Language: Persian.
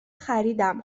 خریدم